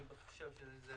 אני חושב שזה